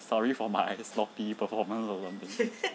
sorry for my sloppy performance or something